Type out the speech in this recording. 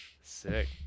sick